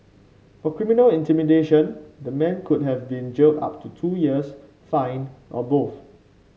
for criminal intimidation the man could have been jailed up to two years fined or both